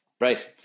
right